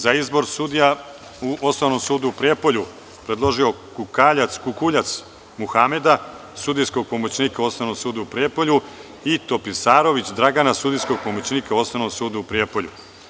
Za izbor sudija u Osnovnom sudu u Prijepolju, predložio Kukuljac Muhameda, sudijskog pomoćnika u Osnovnom sudu u Prijepolju i Topisarović Dragana, sudijskog pomoćnika u Osnovnom sudu u Prijepolju.